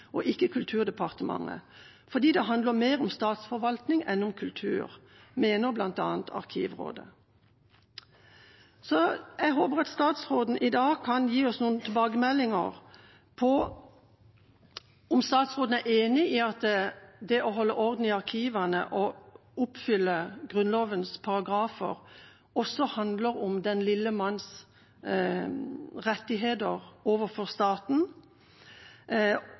og ikke Kulturdepartementet, fordi det handler mer om statsforvaltning enn om kultur, mener bl.a. Arkivrådet. Jeg håper at statsråden i dag kan gi oss noen tilbakemeldinger om hvorvidt statsråden er enig i at det å holde orden i arkivene og oppfylle Grunnlovens paragrafer også handler om den lille manns rettigheter overfor staten.